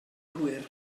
hwyr